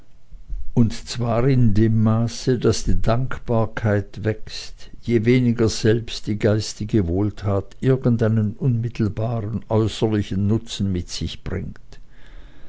und zwar in dem maße daß die dankbarkeit wächst je weniger selbst die geistige wohltat irgendeinen unmittelbaren äußerlichen nutzen mit sich bringt